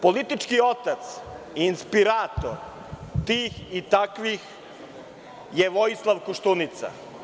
Politički otac, inspirator tih i takvih je Vojislav Koštunica.